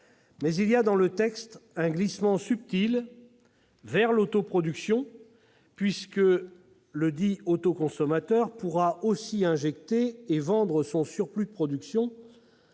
mais il y a dans le texte un glissement subtil vers l'autoproduction, puisque ledit autoconsommateur pourra aussi injecter et vendre son surplus de production,